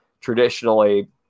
Traditionally